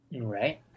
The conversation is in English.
Right